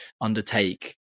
undertake